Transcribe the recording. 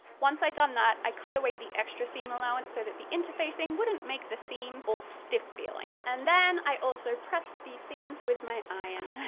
once i'd done that, i cut away the extra seam allowance so that the interfacing wouldn't make the seams all stiff-feeling. and then i also pressed these seams with my iron.